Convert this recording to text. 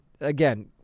again